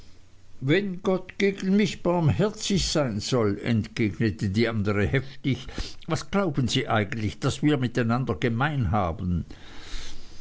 wenn gott gegen mich barmherzig sein soll entgegnete die andere heftig was glauben sie eigentlich daß wir miteinander gemein haben